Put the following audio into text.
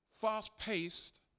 fast-paced